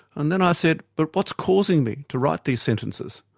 and then i said, but what's causing me to write these sentences?